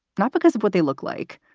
not because of what they look like,